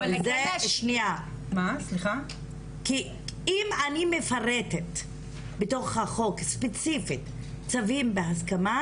כי אם אני מפרטת בתוך החוק באופן ספציפי צווים בהסכמה,